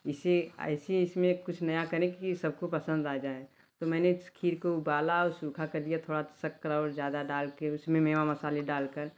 इसे ऐसे इस में कुछ नया करें कि ये सब को पसंद आ जाए तो मैंने इस खीर को उबाला और सूखा कर दिया थोड़ा शक्कर और ज़्यादा डाल के उस में मेवा मसाले डाल कर